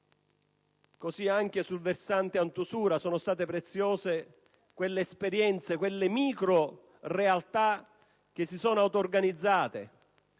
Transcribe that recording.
potenza. Sul versante antiusura sono state preziose anche le esperienze e le microrealtà che si sono autorganizzate,